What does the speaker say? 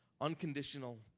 unconditional